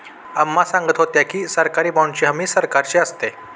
अम्मा सांगत होत्या की, सरकारी बाँडची हमी सरकारची असते